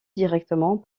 directement